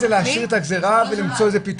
להגיד יש מתווה ולא להגיד מה זה.